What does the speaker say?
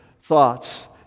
thoughts